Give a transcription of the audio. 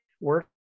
Work